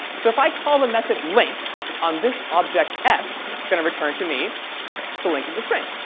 so if i call the method length on this object s it's going to return to me the length of the string.